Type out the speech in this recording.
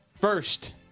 first